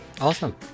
Awesome